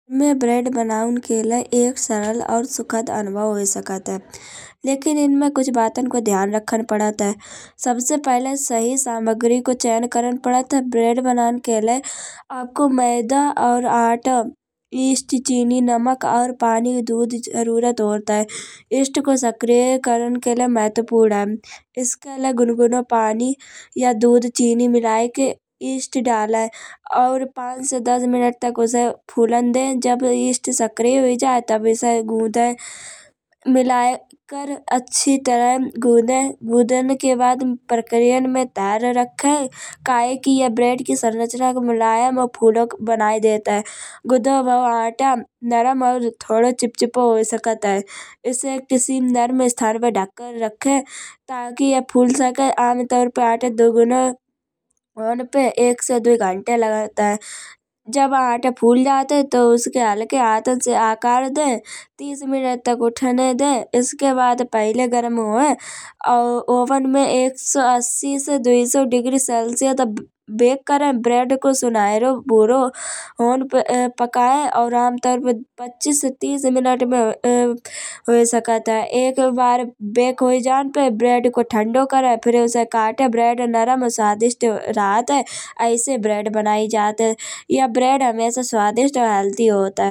मैं ब्रेड बनाऊन के लाई एक सरल और सुखद अनुभव हुई सकत है। लेक़िन इनमें कुछ बतन को ध्यान राखन पड़त है। सबसे पहिले सही सामग्री को चयन करन पड़त है। ब्रेड बनाऊन के लाई आपको मैदा और आटा, ईस्ट, चीनी, नमक और पानी, दूध ज़रूरत होत है। ईस्ट को सक्रिय करन के लिए महत्वपूर्ण है। इसके लिये गुनगुने पानी या दूध चीनी मिलाय के ईस्ट डालाय। और पांच से दस मिनट तक उसे फूलन दे। जब ईस्ट सक्रिय हुई जाए तब इसै गूंदाय। मिलाय कर अच्छी तरह गूंदाय। गूंदन के बाद की प्रक्रियामे धैर्य रखाय काहे की या ब्रेड की संरचना को मुलायम और फुलुक बनाय देत है। गूंदा हुआ आटा नरम और थोई चिपचिपो हुई सकत है। इसे किसी नरम इस्थान पे ढक कर रखे। ताकी यह फूल सकय। आमतौर पराते दो गुना होन पे एक से दुई घण्टा लागत है। जब आटा फूल जात है तउ हल्के हाथन से आकार दे। तीस मिनट तक उठने दे। इसके बाद पहिले गर्म हुए ऑवेन में एक सौ अस्सी से दुई सौ डिग्री सेल्सियस तक बेक करये। ब्रेड को सुनहेरो भूरो होन पे पकाय। और आमतौर में पच्चीस तीनस मिनट हुई सकत है। एक बार बेक हुई जात है ब्रेड को ठंडो करये। फिर्र उसे काटे ब्रेड नरम स्वादिष्ट रहत है। ऐसे ब्रेड बनाई जात है। या ब्रेड हमेशा स्वादिष्ट और हेल्दी होत है।